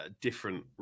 different